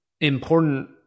important